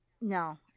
No